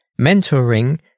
mentoring